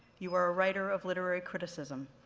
you are a writer of literary criticism,